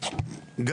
הבנתי שהם נתקעו.